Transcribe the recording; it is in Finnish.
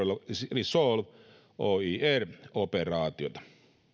resolve oir operaatiota